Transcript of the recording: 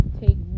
take